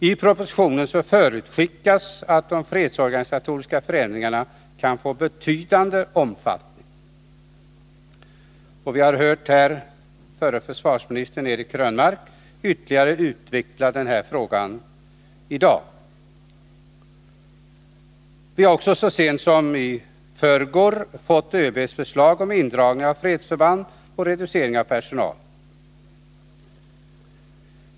I propositionen förutskickas att de fredsorganisatoriska förändringarna kan få betydande omfattning. Vi har hört förre försvarsministern Eric Krönmark ytterligare utveckla den frågan i dag. Vi har också så sent som i förrgår fått ÖB:s förslag om indragning av fredsförband och reducering av personal.